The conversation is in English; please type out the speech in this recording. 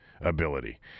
ability